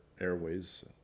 airways